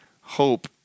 hope